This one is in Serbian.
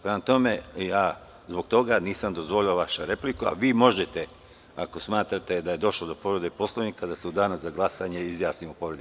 Prema tome, zbog toga nisam dozvolio vašu repliku, a vi možete ako smatrate da je došlo povrede Poslovnika da se u danu za glasanje izjasnimo o povredi?